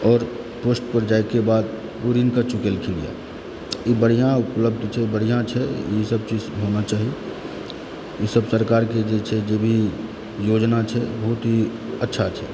आओर पोस्ट पर जाइके बाद ओ ऋणके चुकेलखिनए ई बढ़िआँ उपलब्धि छै बढ़िआँ छै ईसभ चीज होना चाही ईसभ सरकारके छै जे भी योजना छै बहुत ही अच्छा छै